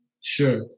Sure